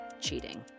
cheating